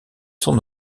son